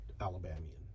Alabamian